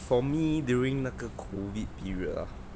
for me during 那个 COVID period ah